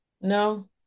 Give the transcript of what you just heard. No